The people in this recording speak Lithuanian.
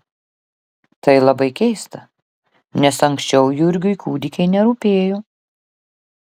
tai labai keista nes anksčiau jurgiui kūdikiai nerūpėjo